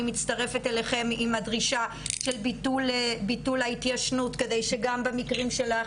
אני מצטרפת אליכן עם הדרישה של ביטוח ההתיישנות כדי שגם במקרים שלך